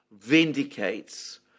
vindicates